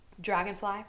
dragonfly